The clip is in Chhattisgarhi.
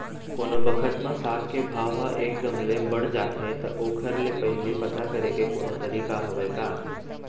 कोनो बखत म साग के भाव ह एक दम ले बढ़ जाथे त ओखर ले पहिली पता करे के कोनो तरीका हवय का?